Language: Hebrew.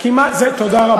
תודה רבה.